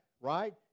right